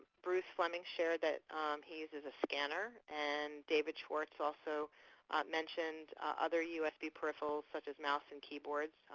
bruce fleming shared that he uses a scanner and david schwartz also mentions other usb peripherals such as mouse and keyboard,